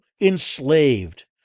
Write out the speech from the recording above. enslaved